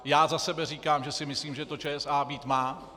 Já za sebe říkám, že si myslím, že to ČSA být má.